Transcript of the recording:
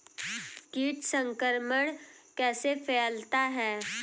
कीट संक्रमण कैसे फैलता है?